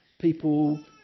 people